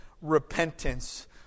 repentance